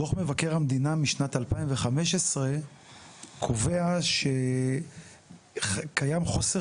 דוח מבקר המדינה משנת 2015 קובע שקיים חוסר